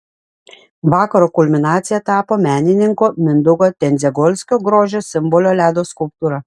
vakaro kulminacija tapo menininko mindaugo tendziagolskio grožio simbolio ledo skulptūra